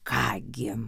ką gi